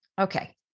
Okay